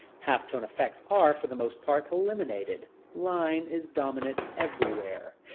half-tone effects are, for the most part, eliminated. line is dominant everywhere.